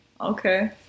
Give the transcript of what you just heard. okay